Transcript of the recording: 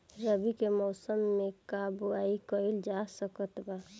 रवि के मौसम में का बोआई कईल जा सकत बा?